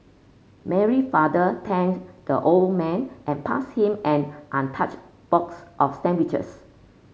Mary father thanked the old man and passed him an untouched box of sandwiches